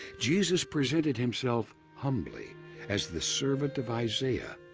jesus presented himself humbly as the servant of isaiah,